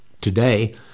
Today